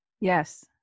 yes